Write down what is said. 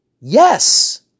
Yes